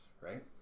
right